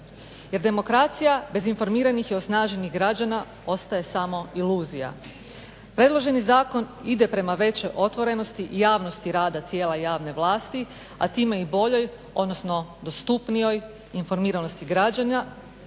jer demokracija bez informiranih i osnaženih građana ostaje samo iluzija. Predloženi zakon ide prema većoj otvorenosti i javnosti rada tijela javne vlasti, a time i boljoj, odnosno dostupnijoj informiranosti građanima